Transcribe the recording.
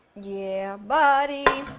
yeah buddy!